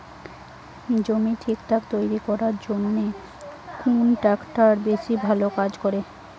জমি ঠিকঠাক তৈরি করিবার জইন্যে কুন ট্রাক্টর বেশি ভালো কাজ করে?